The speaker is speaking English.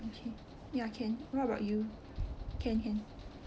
okay ya can what about you can can